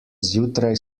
zjutraj